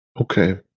Okay